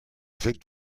c’est